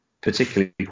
particularly